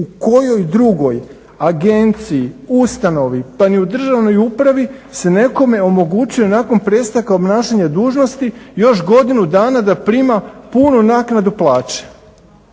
u kojoj drugoj agenciji, ustanovi, pa i u državnoj upravi se nekome omogućuje nakon prestanka obnašanja dužnosti još godinu dana da prima punu naknadu plaće